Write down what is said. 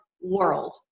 world